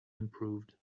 improved